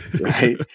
right